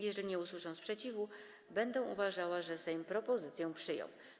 Jeżeli nie usłyszę sprzeciwu, będę uważała, że Sejm propozycję przyjął.